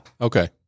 Okay